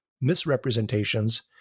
misrepresentations